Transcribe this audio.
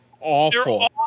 awful